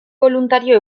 boluntario